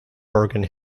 bergen